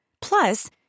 Plus